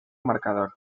marcador